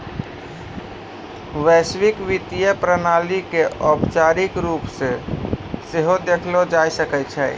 वैश्विक वित्तीय प्रणाली के औपचारिक रुपो से सेहो देखलो जाय सकै छै